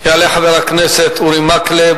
יעלה חבר הכנסת אורי מקלב,